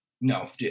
no